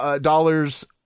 dollars